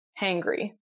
hangry